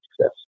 success